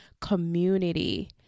community